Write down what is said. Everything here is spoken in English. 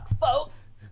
folks